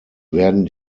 werden